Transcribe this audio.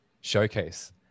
showcase